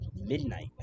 midnight